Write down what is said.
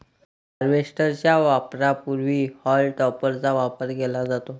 harvester च्या वापरापूर्वी हॉल टॉपरचा वापर केला जातो